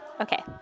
Okay